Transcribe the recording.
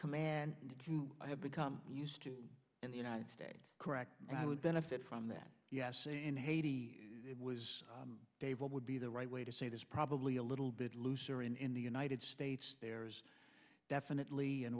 command i have become used to in the united states correct and i would benefit from that in haiti it was dave what would be the right way to say there's probably a little bit looser in in the united states there's definitely an